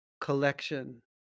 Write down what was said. collection